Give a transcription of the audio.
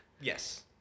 Yes